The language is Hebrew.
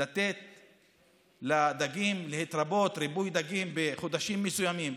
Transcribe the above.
כדי לתת לדגים להתרבות בחודשים מסוימים,